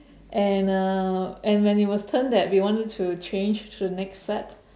and uh and when it was turn that we wanted to change to the next set